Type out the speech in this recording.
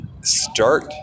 start